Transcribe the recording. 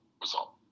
result